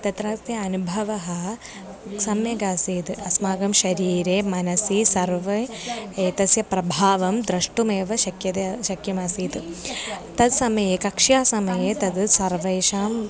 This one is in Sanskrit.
तत्र ते अनुभवः सम्यगासीत् अस्माकं शरीरे मनसि सर्वे एतस्य प्रभावं द्रष्टुमेव शक्यते शक्यमासीत् तत्समये कक्षासमये तद् सर्वेषाम्